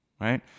right